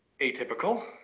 atypical